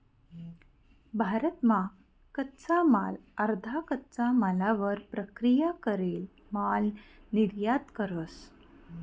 भारत मा कच्चा माल अर्धा कच्चा मालवर प्रक्रिया करेल माल निर्यात करस